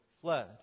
fled